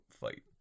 fight